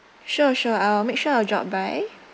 sure sure I will make sure I will drop by